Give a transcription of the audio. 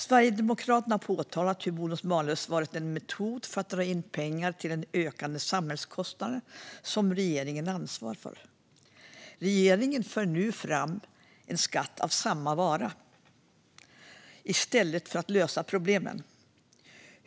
Sverigedemokraterna har påtalat hur bonus-malus varit en metod för att dra in pengar till ökande samhällskostnader som regeringen har ansvar för. Regeringen för nu fram en skatt som innebär ännu mer av samma vara i stället för att lösa problemen.